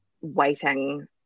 waiting